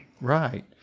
Right